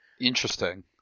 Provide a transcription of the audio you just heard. Interesting